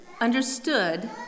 understood